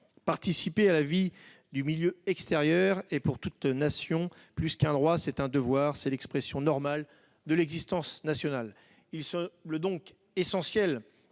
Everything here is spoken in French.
participer à la vie du milieu extérieur est pour toute nation plus qu'un droit, c'est un devoir, c'est l'expression normale de l'existence nationale. Il semble donc essentiel